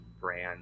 brand